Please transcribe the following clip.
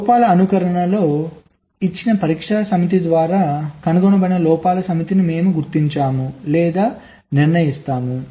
లోపాల అనుకరణలో ఇచ్చిన పరీక్ష సమితి ద్వారా కనుగొనబడిన లోపాల సమితిని మేము గుర్తించాము లేదా నిర్ణయిస్తాము